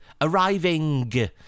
arriving